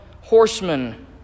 horsemen